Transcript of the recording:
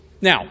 Now